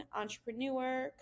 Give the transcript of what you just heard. entrepreneur